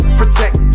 protect